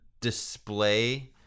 display